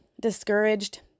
discouraged